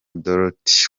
dorothy